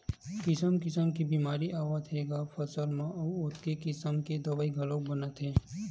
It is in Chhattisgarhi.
किसम किसम के बेमारी आवत हे ग फसल म अउ ओतके किसम के दवई घलोक बनत हे